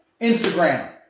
Instagram